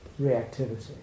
reactivity